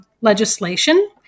legislation